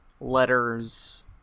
letters